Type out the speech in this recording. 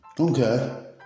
Okay